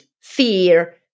fear